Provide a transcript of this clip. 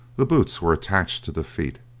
the boots were attached to the feet,